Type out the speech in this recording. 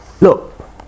Look